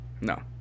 No